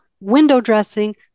window-dressing